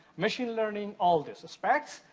machine learning, all this. the specs,